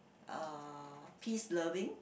uh peace loving